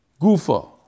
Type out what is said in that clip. Gufa